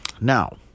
Now